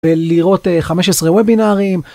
לראות 15 וובינארים.